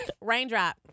Raindrop